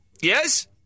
Yes